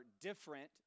different